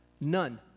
None